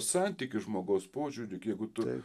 santykį žmogaus požiūrį jeigu tu